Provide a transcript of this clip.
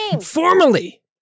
Formally